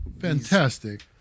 fantastic